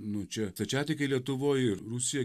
nu čia stačiatikiai lietuvoj ir rusija